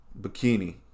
bikini